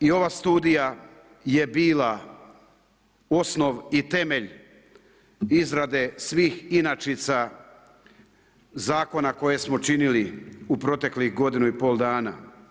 I ova studija je bila osnovani i temelj izrade svih inačica zakona koje smo činili u proteklih godinu i pol dana.